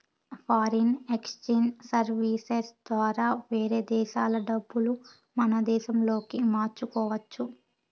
foreign exchange services ద్వారా వేరే దేశాల డబ్బులు మన దేశంలోకి మార్చుకోవచ్చు